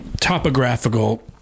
topographical